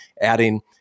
adding